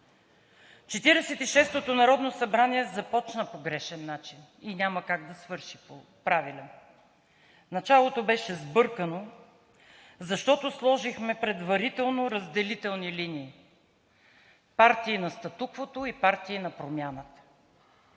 шестото народно събрание започна по грешен начин и няма как да свърши по правилен. Началото беше сбъркано, защото сложихме предварително разделителни линии – партии на статуквото и партии на промяната.